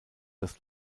das